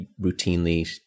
routinely